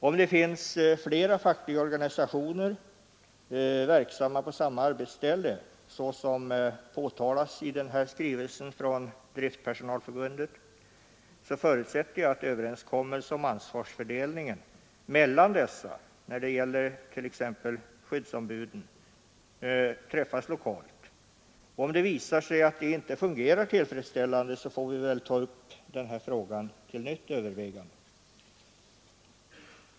Om det finns flera fackliga organisationer verksamma på samma arbetsställe, såsom påtalas i skrivelsen från Driftpersonalförbundet, förutsätter jag att överenskommelse om ansvarsfördelningen mellan dessa, när det gäller t.ex. skyddsombuden, träffas lokalt. Om det visar sig att detta inte fungerar tillfredsställande, får vi väl ta upp frågan till nytt övervägande.